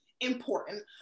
Important